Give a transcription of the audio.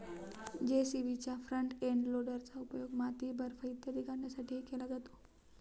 जे.सी.बीच्या front end लोडरचा उपयोग माती, बर्फ इत्यादी काढण्यासाठीही केला जातो